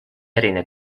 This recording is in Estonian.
erine